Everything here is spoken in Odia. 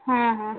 ହଁ ହଁ